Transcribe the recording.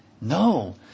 No